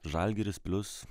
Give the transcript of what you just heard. žalgiris plius